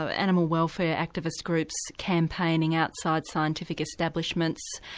ah animal welfare activist groups campaigning outside scientific establishments,